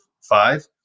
five